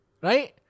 Right